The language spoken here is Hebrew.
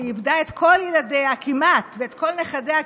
שאיבדה בשואה כמעט את כל ילדיה וכמעט את כל נכדיה.